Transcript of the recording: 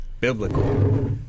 biblical